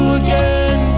again